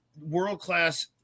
world-class